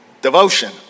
Devotion